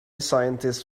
scientists